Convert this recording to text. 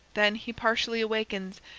then he partially awakens,